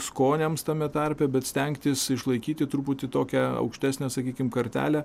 skoniams tame tarpe bet stengtis išlaikyti truputį tokią aukštesnę sakykim kartelę